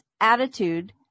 attitude